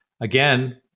Again